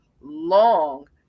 long